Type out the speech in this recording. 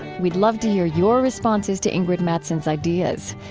we'd love to hear your responses to ingrid mattson's ideas.